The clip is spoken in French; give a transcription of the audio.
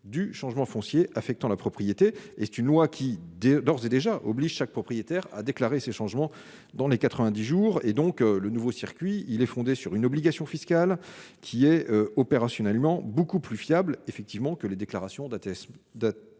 du changement foncier affectant la propriété et c'est une loi qui d'ores et déjà oblige chaque propriétaire a déclaré ces changements dans les 90 jours et donc le nouveau circuit il est fondé sur une obligation fiscale qui est opérationnellement beaucoup plus fiable, effectivement, que les déclarations d'de telle